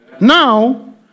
Now